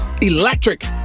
electric